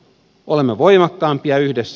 olemme voimakkaampia yhdessä